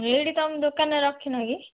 ଏଇଠି ତମ ଦୋକାନରେ ରଖିନ କି